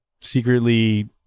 secretly